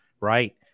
Right